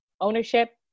ownership